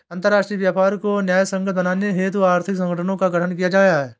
अंतरराष्ट्रीय व्यापार को न्यायसंगत बनाने हेतु आर्थिक संगठनों का गठन किया गया है